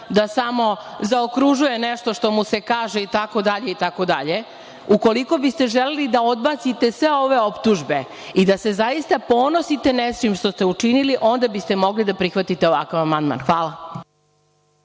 da samo zaokružuje nešto što mu se kaže itd, ukoliko bi ste želeli da odbacite sve ove optužbe i da se zaista ponosite nečim što ste učinili, onda bi stemogli da prihvatite ovakav amandman. Hvala.